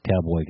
cowboy